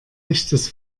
echtes